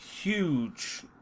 huge